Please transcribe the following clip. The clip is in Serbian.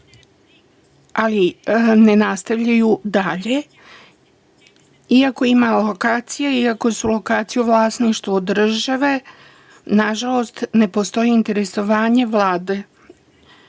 ali ne nastavljaju dalje, iako ima lokacija, iako su lokacije u vlasništvu države, nažalost, ne postoji interesovanje Vlade.